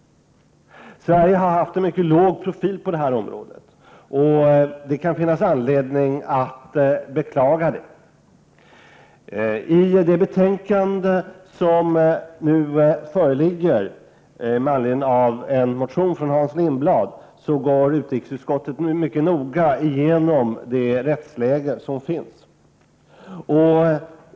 Sverige har haft en mycket låg profil på detta område. Det kan finnas anledning att beklaga detta. I det betänkande som nu föreligger med anledning av en motion från Hans Lindblad går utrikesutskottet mycket noga igenom rättsläget.